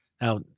Now